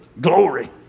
Glory